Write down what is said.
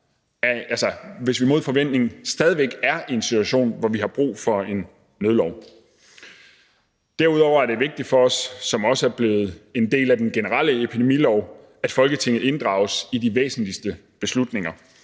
hvis vi mod forventning stadig væk er i en situation, hvor vi har brug for en nødlov. Derudover er det vigtigt for os, at Folketinget inddrages i de væsentligste beslutninger,